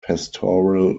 pastoral